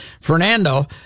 Fernando